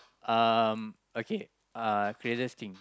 um okay uh craziest thing